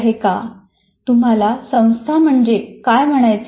' तुम्हाला संस्था म्हणजे काय म्हणायचे आहे